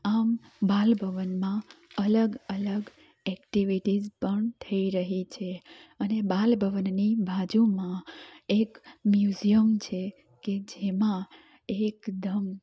આમ બાલભવનમાં અલગ અલગ એક્ટિવિટીસ પણ થઈ રહી છે અને બાલભવનની બાજુમાં એક મ્યુઝિયમ છે કે જેમાં એકદમ